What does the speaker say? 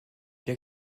bien